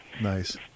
Nice